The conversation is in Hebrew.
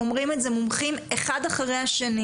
אומרים את זה מומחים אחד אחרי השני